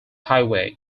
highway